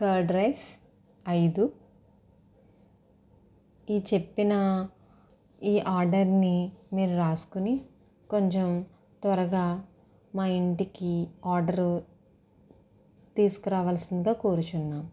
curd rice ఐదు ఈ చెప్పిన ఈ ఆర్డర్ని మీరు రాసుకొని కొంచెం త్వరగా మా ఇంటికి ఆర్డరు తీసుకురావాల్సిందిగా కోరుచున్నాము